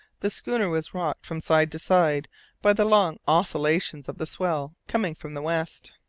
the schooner was rocked from side to side by the long oscillations of the swell coming from the west.